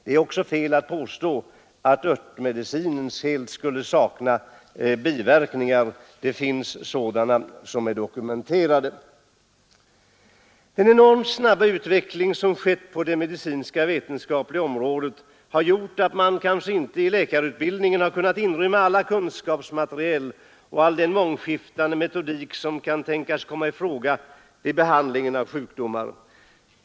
Det är också fel att påstå att örtmediciner helt skulle sakna biverkningar — det finns sådana som är dokumenterade. Den enormt snabba utveckling som skett på den medicinska vetenskapens område har gjort att man kanske inte i läkarutbildningen har kunnat inrymma allt det kunskapsmaterial och all den mångskiftande metodik som kan tänkas komma i fråga vid behandlingen av sjukdomar.